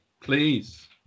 please